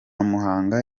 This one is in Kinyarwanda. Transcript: muhanga